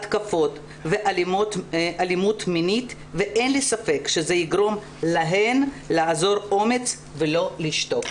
התקפות ואלימות מינית ואין לי ספק שזה יגרום להם לאזור אומץ ולא לשתוק.